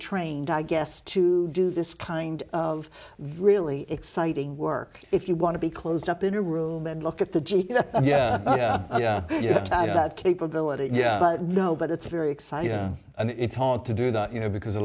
trained i guess to do this kind of really exciting work if you want to be closed up in a room and look at the g yeah yeah that capability yeah but no but it's very exciting and it's hard to do that you know because a